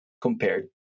compared